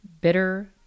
bitter